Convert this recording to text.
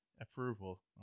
approval